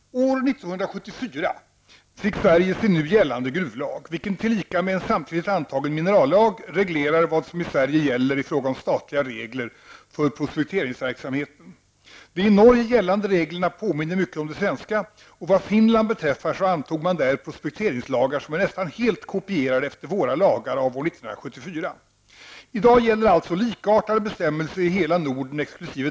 År 1974 fick Sverige sin nu gällande gruvlag, vilken tillika med en samtidigt antagen minerallag reglerar vad som i Sverige gäller i fråga om statliga regler för prospekteringsverksamheten. De i Norge gällande reglerna påminner mycket om de svenska, och vad Finland beträffar antog man där prospekteringslagar som är nästan helt kopierade efter våra lagar av år 1974. I dag gäller alltså likartade bestämmelser i hela Norden, exkl.